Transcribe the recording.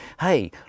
Hey